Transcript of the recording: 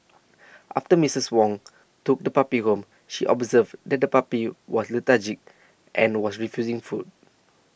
after Missus Wong took the puppy home she observed that the puppy was lethargic and was refusing food